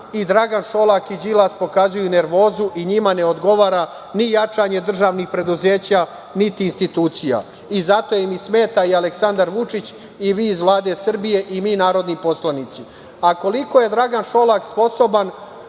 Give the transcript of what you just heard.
i Dragan Šolak i Đilas pokazuju nervozu. Njima ne odgovara ni jačanje državnih preduzeća, niti institucija. Zato im smeta i Aleksandar Vučić i vi iz Vlade Srbije i mi narodni poslanici. Koliko je Dragan Šolak sposoban